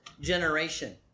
generation